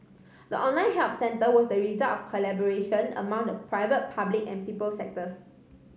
the online help centre was the result of collaboration among the private public and people sectors